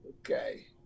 Okay